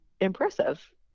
impressive